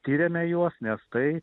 tiriame juos nes tai